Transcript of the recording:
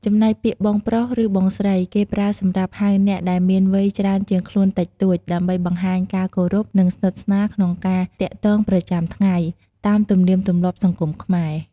ចំណែកពាក្យ បងប្រុស ឬ បងស្រី គេប្រើសម្រាប់ហៅអ្នកដែលមានវ័យច្រើនជាងខ្លួនតិចតួច ដើម្បីបង្ហាញការគោរព និងស្និទ្ធស្នាលក្នុងការទាក់ទងប្រចាំថ្ងៃ តាមទំនៀមទម្លាប់សង្គមខ្មែរ។